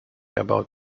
about